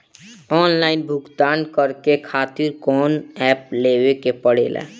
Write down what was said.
Online भुगतान करके के खातिर कौनो ऐप लेवेके पड़ेला?